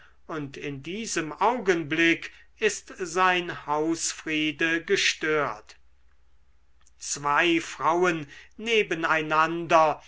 und in diesem augenblick ist sein hausfriede gestört zwei frauen